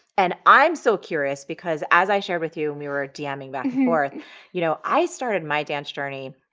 and i'm so curious because, as i shared with you when we were ah dming back and forth, you know i started my dance journey.